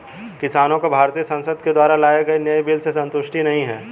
किसानों को भारतीय संसद के द्वारा लाए गए नए बिल से संतुष्टि नहीं है